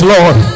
Lord